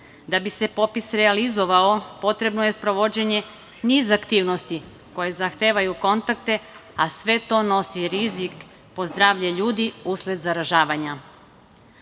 Da bi se popis realizovao potrebno je sprovođenje niza aktivnosti koje zahtevaju kontakte, a sve to nosi rizik po zdravlje ljudi usled zaražavanja.